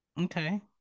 Okay